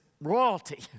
royalty